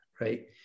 right